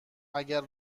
اگر